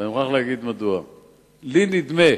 ואני מוכרח להגיד מדוע: לי נדמה,